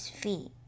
feet